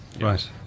right